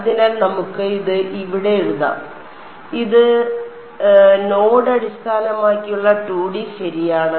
അതിനാൽ നമുക്ക് ഇത് ഇവിടെ എഴുതാം ഇത് നോഡ് അടിസ്ഥാനമാക്കിയുള്ള 2D ശരിയാണ്